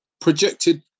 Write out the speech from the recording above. projected